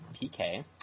PK